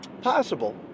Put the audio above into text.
Possible